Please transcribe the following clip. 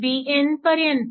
Bn पर्यंत